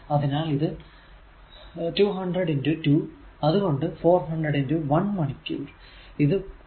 അതിനാൽ ഇത് 200 2 അതുകൊണ്ട് 400 1 മണിക്കൂർ